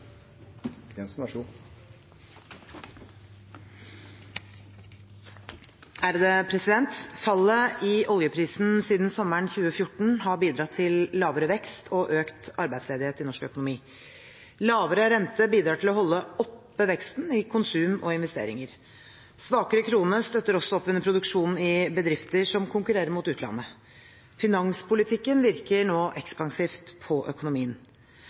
Fallet i oljeprisen siden sommeren 2014 har bidratt til lavere vekst og økt arbeidsledighet i norsk økonomi. Lavere rente bidrar til å holde oppe veksten i konsum og investeringer. Svakere krone støtter også opp under produksjonen i bedrifter som konkurrerer med utlandet. Finanspolitikken virker nå ekspansivt på økonomien.